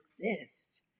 exist